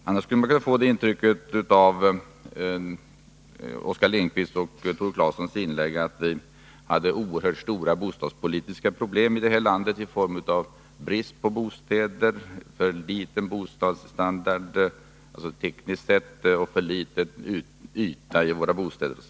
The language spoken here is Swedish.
Man skulle av Oskar Lindkvists och Tore Claesons inlägg kunna få det intrycket att vi hade oerhört stora bostadspolitiska problem i det här landet i form av brist på bostäder, för låg bostadsstandard tekniskt sett och för liten boendeyta.